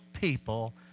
people